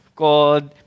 called